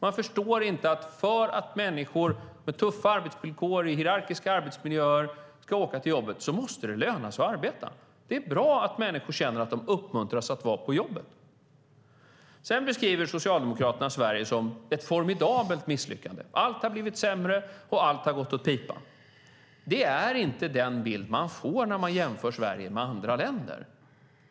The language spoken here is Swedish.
De förstår inte att för att människor med tuffa arbetsvillkor i hierarkiska arbetsmiljöer ska åka till jobbet måste det löna sig att arbeta. Det är bra att människor känner att de uppmuntras att vara på jobbet. Socialdemokraterna beskriver Sverige som ett formidabelt misslyckande. Allt har blivit sämre, och allt har gått åt pipan. Det är inte den bild man får när man jämför Sverige med andra länder.